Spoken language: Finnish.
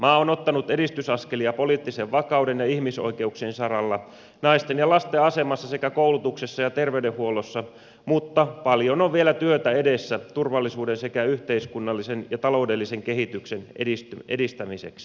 maa on ottanut edistysaskelia poliittisen vakauden ja ihmisoikeuksien saralla naisten ja lasten asemassa sekä koulutuksessa ja terveydenhuollossa mutta paljon on vielä työtä edessä turvallisuuden sekä yhteiskunnallisen ja taloudellisen kehityksen edistämiseksi